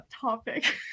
topic